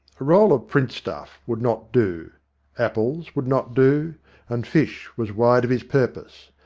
a roll of print stuff would not do apples would not do and fish was wide of his purpose.